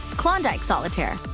klondike solitaire.